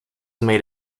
made